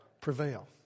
prevail